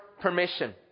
permission